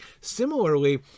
Similarly